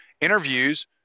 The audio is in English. interviews